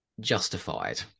justified